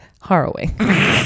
harrowing